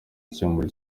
gukemura